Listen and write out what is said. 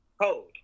code